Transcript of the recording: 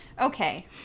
Okay